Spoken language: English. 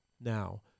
Now